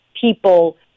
people